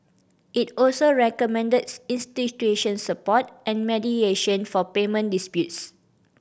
it also recommended institution support and mediation for payment disputes